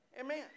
Amen